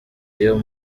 iyo